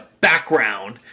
background